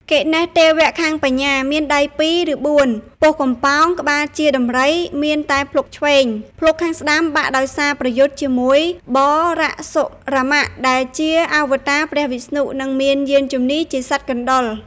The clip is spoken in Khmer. គណេស (ទេវៈខាងបញ្ញា មានដៃ២ ឬ៤ ពោះកំប៉ោង ក្បាលជាដំរី មានតែភ្លុកឆ្វេង ភ្លុកខាងស្តាំបាក់ដោយសារប្រយុទ្ធជាមួយបរសុរាមៈ ដែលជាអវតារព្រះវិស្ណុ និងមានយានជិនះជាសត្វកណ្តុរ)។